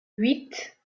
huit